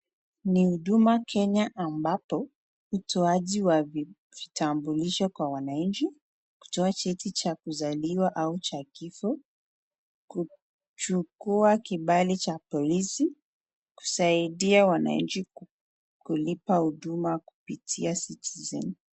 Ni huduma Kenya ambapo utoaji wa vitambulisho kwa wananchi, kutoa cheti cha kuzaliwa au cha kifo, kuchukua kibali cha polisi, kusaidia wananchi kulipa huduma kupitia ecitizen.